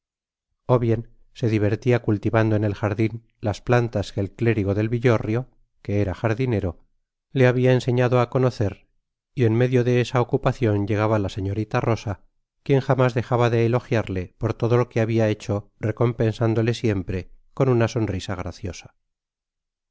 o bien se divertia cultivando en el jardin las plantas que el clérigo del villorrio que era jardinero le habia enseñado á conocer y en medio de esa ocupacion llegaba la señorita rosa quien jamás dejaba de elogiarle por todo lo que habia hecho recompensándole siempre con una sonrisa graciosa